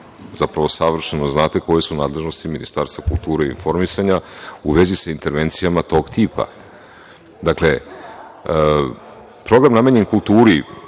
zapravo savršeno znate koje su nadležnosti Ministarstva kulture i informisanja u vezi sa intervencijama tog tipa. Dakle, program namenjen kulturi